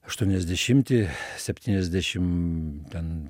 aštuoniasdešimti septyniasdešim ten